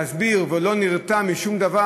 להסביר ולא להירתע משום דבר,